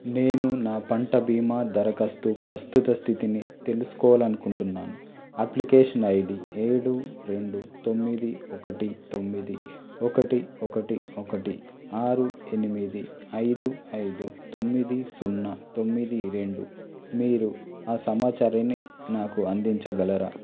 నేను నా పంట బీమా దరఖాస్తు ప్రస్తుత స్థితిని తెలుసుకోవాలి అనుకుంటున్నాను అప్లికేషన్ ఐడి ఏడు రెండు తొమ్మిది ఒకటి తొమ్మిది ఒకటి ఒకటి ఒకటి ఆరు ఎనిమిది ఐదు ఐదు తొమ్మిది సున్నా తొమ్మిది రెండు మీరు ఆ సమాచారాన్ని నాకు అందించగలరా